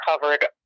covered